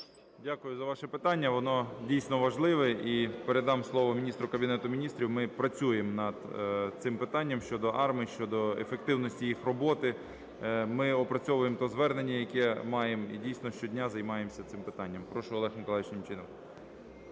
Дякую за ваше питання, воно дійсно важливе. І передам слово Міністру Кабінету Міністрів. Ми працюємо над цим питанням щодо АРМА, щодо ефективності їх роботи. Ми опрацьовуємо те звернення, яке маємо, і, дійсно, щодня займаємося цим питанням. Прошу Олег Миколайович Немчінов.